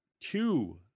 two